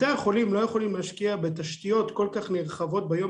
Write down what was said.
בתי החולים לא יכולים להשקיע בתשתיות כל כך נרחבות ביום